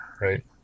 right